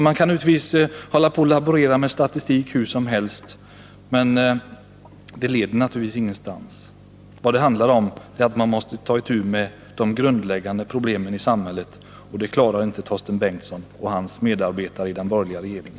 Man kan naturligtvis hålla på och laborera med statistik hur som helst, men det leder ingenstans. Vad det handlar om är att man måste ta itu med de grundläggande problemen i samhället. Det klarar inte Torsten Bengtson och hans medarbetare i den borgerliga regeringen.